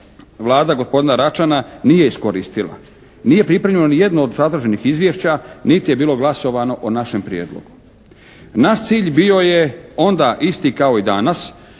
Vlada gospodina Račana nije iskoristila. Nije pripremljeno nijedno od zatraženih izvješća niti je bilo glasovano o našem prijedlogu. Naš cilj bio je onda isti kao i danas.